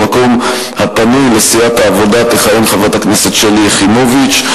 במקום הפנוי לסיעת העבודה תכהן חברת הכנסת שלי יחימוביץ.